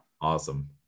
awesome